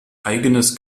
eigenes